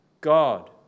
God